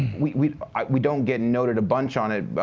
we we don't get noted a bunch on it,